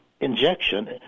injection